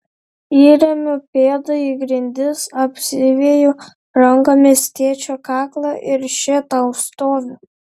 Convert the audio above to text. įremiu pėdą į grindis apsiveju rankomis tėčio kaklą ir še tau stoviu